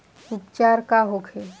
उपचार का होखे?